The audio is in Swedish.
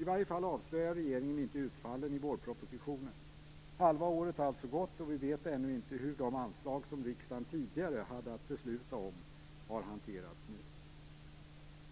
I varje fall avslöjar regeringen inte utfallen i vårpropositionen. Halva året har alltså gått, och vi vet ännu inte hur de anslag som riksdagen tidigare hade att besluta om har hanterats nu.